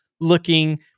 looking